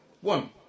one